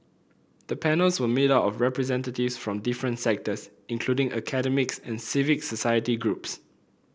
the panels were made up of representatives from different sectors including academics and civic society groups